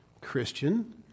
Christian